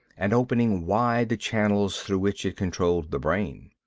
and opening wide the channels through which it controlled the brain.